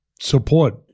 Support